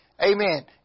Amen